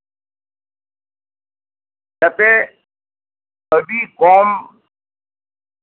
ᱛᱟᱛᱮ ᱟᱹᱰᱤ ᱠᱚᱢ